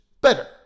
better